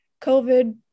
COVID